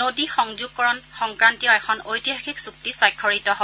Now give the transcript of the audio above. নদী সংযোগকৰণ সংক্ৰান্তীয় এখন ঐতিহাসিক চুক্তি স্বাক্ষৰিত হয়